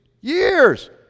Years